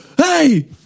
Hey